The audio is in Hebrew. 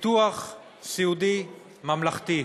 ביטוח סיעודי ממלכתי.